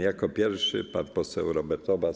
Jako pierwszy pan poseł Robert Obaz.